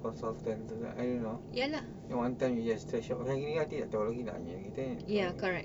consultant I don't know then one time you just trash out nanti tak tahu lagi